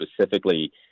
specifically